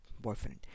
boyfriend